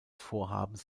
vorhabens